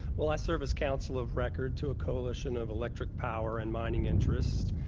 well, i serve as counsel of record to a coalition of electric power and mining interests